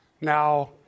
Now